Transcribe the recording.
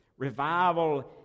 Revival